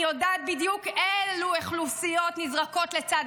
אני יודעת בדיוק אילו אוכלוסיות נזרקות לצד